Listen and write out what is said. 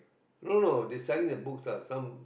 no no they selling the books ah some